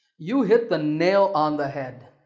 you hit the nail on the head.